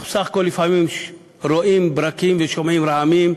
אנחנו בסך הכול לפעמים רואים ברקים ושומעים רעמים,